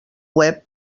web